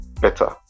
better